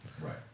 Right